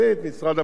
כל מי שעוסק,